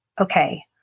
okay